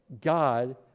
God